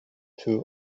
too